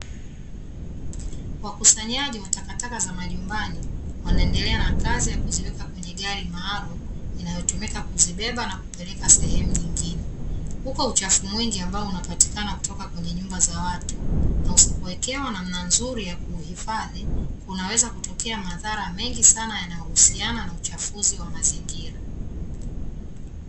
Wakusanyaji wa takataka za majumbani wanaendelea na kazi ya kuziweka kwenye gari maalumu inayotumika kuzibeba na kupeleka sehemu nyingine. Huko uchafu mwingi ambao unapatikana kutoka kwenye nyumba za watu na usipowekewa namna nzuri ya kuhifadhi unaweza kutokea madhara mengi sana yanayohusiana na uchafuzi wa mazingira.